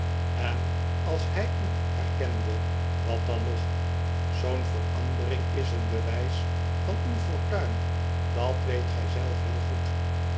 en als hij u herkende wat dan nog zoo'n verandering is een bewijs van uw fortuin dat weet gij zelf heel goed